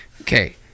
Okay